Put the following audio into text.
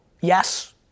Yes